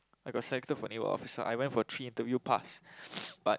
I got selected for naval officer I went for three interview pass but